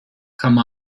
come